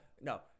no